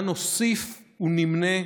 "מה נוסיף ונמנה?...